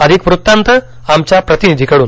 अधिक वृत्तांत आमच्या प्रतिनिधीकडून